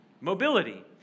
mobility